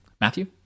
Matthew